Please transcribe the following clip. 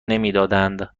نمیدادند